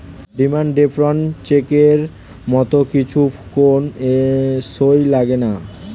demand draft চেকের মত কিছু কোন সই লাগেনা